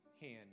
hand